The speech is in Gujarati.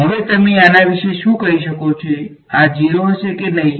હવે તમે આના વિશે શું કહી શકો કે આ 0 હશે કે નહીં